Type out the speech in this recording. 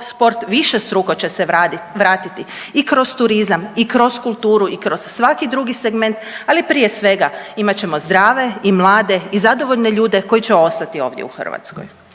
sport višestruko će se vratiti i kroz turizam i kroz kulturu i kroz svaki drugi segment, ali prije svega imat ćemo zdrave i mlade i zadovoljne ljude koji će ostati ovdje u Hrvatskoj.